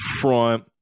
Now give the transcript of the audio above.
front